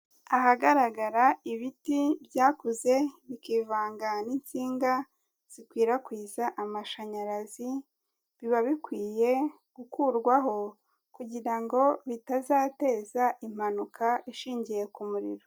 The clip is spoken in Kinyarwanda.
Ahagaragara ibiti byakuze bikivanga n'insinga zikwirakwiza amashanyarazi, biba bikwiye gukurwaho kugira ngo bitazateza impanuka ishingiye ku muriro.